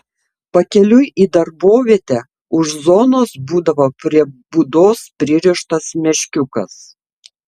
pakeliui į darbovietę už zonos būdavo prie būdos pririštas meškiukas